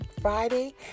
Friday